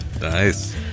Nice